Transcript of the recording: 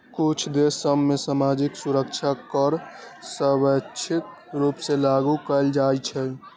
कुछ देश सभ में सामाजिक सुरक्षा कर स्वैच्छिक रूप से लागू कएल जाइ छइ